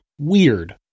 Weird